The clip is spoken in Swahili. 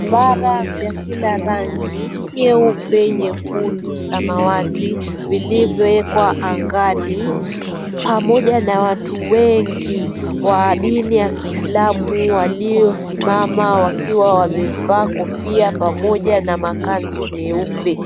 Vara vya kila rangi. Nyeupe, nyekundu, samawati vilivyowekwa angani pamoja na watu wengi wa dini ya kiislamu waliosimama wakiwa wamevalia kofia pamoja na makanzu meupe.